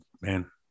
man